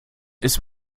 ist